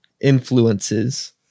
influences